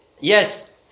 yes